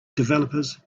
developers